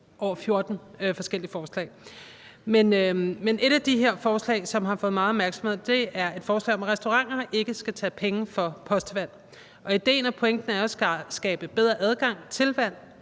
over 14 forskellige forslag – som har fået meget opmærksomhed, er et forslag om, at restauranter ikke skal tage penge for postevand, og idéen og pointen med det er at skabe bedre adgang til vand.